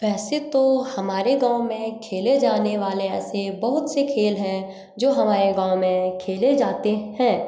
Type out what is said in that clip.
वैसे तो हमारे गाँव में खेले जाने वाले ऐसे बहुत से खेल हैं जो हमारे गाँव में खेले जाते हैं